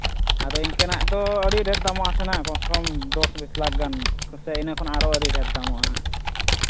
ᱟᱫᱚ ᱤᱱᱠᱟᱹᱱᱟᱜ ᱫᱚ ᱟᱹᱰᱤ ᱰᱷᱮᱨ ᱫᱟᱢᱚᱜ ᱟᱥᱮ ᱦᱟᱸᱜ ᱠᱚᱢᱥᱮ ᱠᱚᱢ ᱫᱚᱥ ᱵᱤᱥ ᱞᱟᱠᱷ ᱜᱟᱱ ᱥᱮ ᱤᱱᱟᱹ ᱠᱷᱚᱱᱟᱜ ᱟᱨᱦᱚᱸ ᱟᱹᱰᱤ ᱰᱷᱮᱨ ᱫᱟᱢᱚᱜᱼᱟ ᱦᱟᱸᱜ